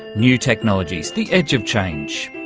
new technologies the edge of change.